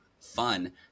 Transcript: fun